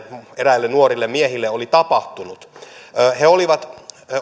eräille nuorille miehille oli tapahtunut